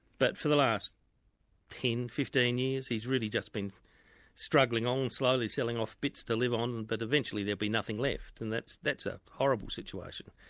but for the last ten, fifteen years, he's really just been struggling on, slowly selling off bits to live on, but eventually there'll be nothing left, and that's that's a horrible situation.